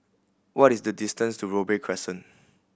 what is the distance to Robey Crescent